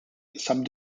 sub